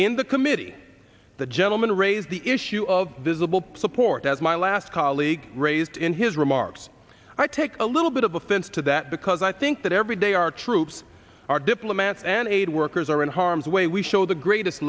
in the committee the gentleman raised the issue of this little support as my last colleague raised in his remarks i take a little bit of offense to that because i think that every day our troops our diplomats and aid workers are in harm's way we show the greatest